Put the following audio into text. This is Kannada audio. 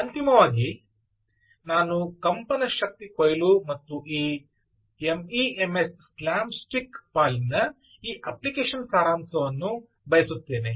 ಅಂತಿಮವಾಗಿ ನಾನು ಕಂಪನ ಶಕ್ತಿ ಕೊಯ್ಲು ಮತ್ತು ಈ ಎಂಇಎಂಎಸ್ ಸ್ಲ್ಯಾಮ್ ಸ್ಟಿಕ್ ಪಾಲಿನ ಈ ಅಪ್ಲಿಕೇಶನ್ನ ಸಾರಾಂಶವನ್ನು ಬಯಸುತ್ತೇನೆ